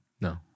No